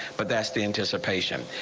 but that's the anticipation.